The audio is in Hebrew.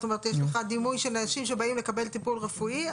זאת אומרת יש לך דימוי של אנשים שבאים לקבל טיפול רפואי,